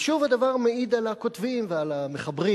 ושוב, הדבר מעיד על הכותבים, ועל המחברים,